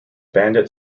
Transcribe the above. bandit